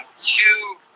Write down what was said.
Two